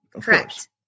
Correct